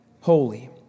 holy